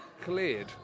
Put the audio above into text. cleared